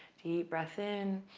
deep breath in.